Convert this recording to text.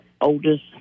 oldest